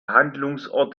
handlungsort